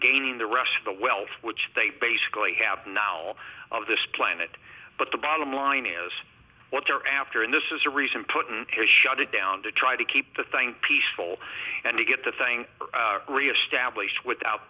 gaining the rest of the wealth which they basically have now all of this planet but the bottom line is what they're after and this is a reason put in to shut it down to try to keep the thing peaceful and to get the thing reestablished without